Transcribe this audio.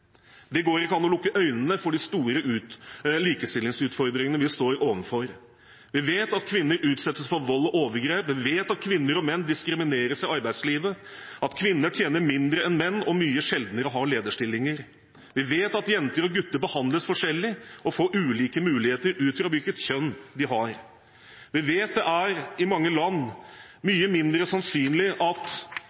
Det går ikke an å lukke øynene for de store likestillingsutfordringene vi står overfor. Vi vet at kvinner utsettes for vold og overgrep, vi vet at kvinner og menn diskrimineres i arbeidslivet, at kvinner tjener mindre enn menn og mye sjeldnere har lederstillinger. Vi vet at jenter og gutter behandles forskjellig og får ulike muligheter ut fra hvilket kjønn de har. Vi vet at det i mange land er mye mindre sannsynlig at